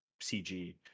CG